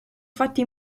fatte